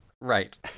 Right